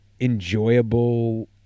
enjoyable